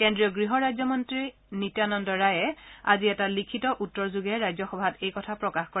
কেন্দ্ৰীয় গৃহ ৰাজ্যমন্ত্ৰী নিত্যানন্দ ৰায়ে আজি এটা লিখিত উত্তৰযোগে ৰাজ্যসভাত এই কথা প্ৰকাশ কৰে